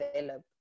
develop